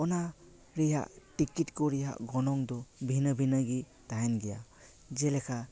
ᱚᱱᱟ ᱨᱮᱭᱟᱜ ᱴᱤᱠᱤᱴ ᱠᱚ ᱨᱮᱭᱟᱜ ᱜᱚᱱᱚᱝ ᱫᱚ ᱵᱷᱤᱱᱟᱹ ᱵᱷᱤᱱᱟᱹ ᱜᱮ ᱛᱟᱦᱮᱱ ᱜᱮᱭᱟ ᱡᱮᱞᱮᱠᱟ